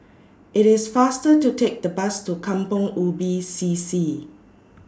IT IS faster to Take The Bus to Kampong Ubi C C